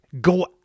Go